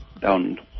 down